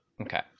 Okay